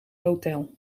hotel